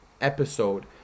episode